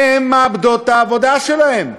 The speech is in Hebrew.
הן מאבדות את העבודה שלהן.